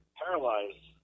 paralyzed